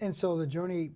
and so the journey